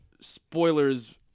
spoilers